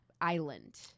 island